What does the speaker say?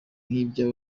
ry’ibyo